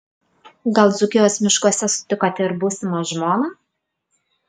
gal dzūkijos miškuose sutikote ir būsimą žmoną